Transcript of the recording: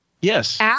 Yes